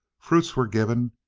fruits were given,